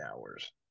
hours